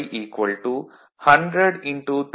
985 100 1000 0